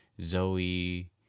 Zoe